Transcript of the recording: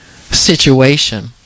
situation